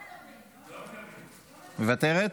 מוותרת,